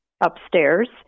upstairs